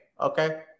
okay